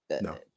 No